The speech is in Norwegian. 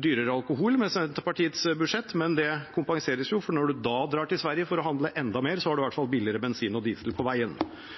dyrere alkohol med Senterpartiets budsjett, men det kompenseres jo, for når man da drar til Sverige for å handle enda mer, har man i hvert fall billigere bensin og diesel på veien.